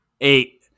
Eight